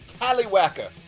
Tallywacker